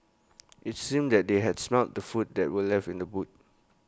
IT seemed that they had smelt the food that were left in the boot